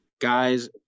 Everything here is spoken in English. Guys